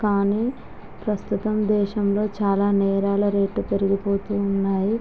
కానీ ప్రస్తుతం దేశంలో చాలా నేరాల రేటు పెరిగిపోతూ ఉన్నాయి